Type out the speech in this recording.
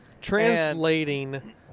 translating